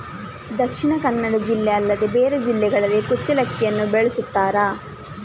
ದಕ್ಷಿಣ ಕನ್ನಡ ಜಿಲ್ಲೆ ಅಲ್ಲದೆ ಬೇರೆ ಜಿಲ್ಲೆಗಳಲ್ಲಿ ಕುಚ್ಚಲಕ್ಕಿಯನ್ನು ಬೆಳೆಸುತ್ತಾರಾ?